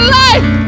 life